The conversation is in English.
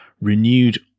renewed